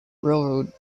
railroad